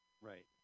Right